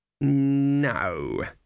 No